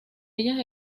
ellas